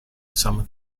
summer